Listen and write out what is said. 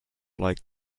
like